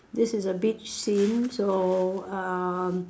this is a beach scene so um